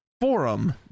forum